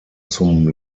zum